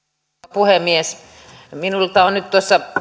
puhemies minulta on nyt